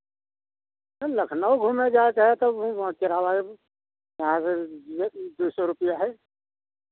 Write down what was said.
अरे लखनऊ घुमय जाय के हय तो वहाँ किराया यहाँ से दुइ सौ रुपैया हइ